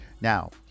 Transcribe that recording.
now